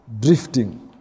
Drifting